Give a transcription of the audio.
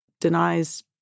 denies